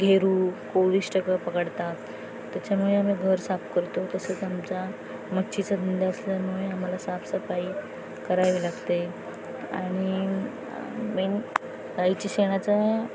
गेरू कोळिष्टकं पकडतात त्याच्यामुळे आम्ही घर साफ करतो तसंच आमचा मच्छीचा धंदा असल्यामुळे आम्हाला साफसफाई करावी लागते आणि मेन गाईच्या शेणाचा